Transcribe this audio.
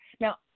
Now